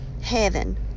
Heaven